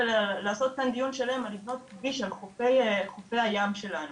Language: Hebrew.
ולקיים פה דיון שלם על לבנות כביש על חופי הים שלנו.